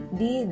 di